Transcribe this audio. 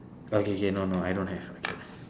okay K no no I don't have okay